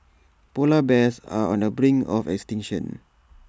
Polar Bears are on the brink of extinction